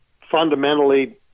fundamentally